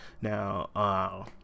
Now